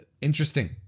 Interesting